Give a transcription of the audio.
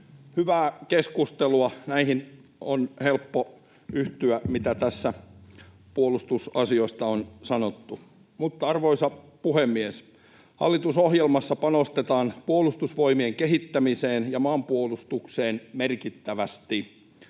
Hyvää keskustelua. Näihin on helppo yhtyä, mitä tässä puolustusasioista on sanottu. Arvoisa puhemies! Hallitusohjelmassa panostetaan Puolustusvoimien kehittämiseen ja maanpuolustukseen merkittävästi.